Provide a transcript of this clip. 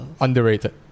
Underrated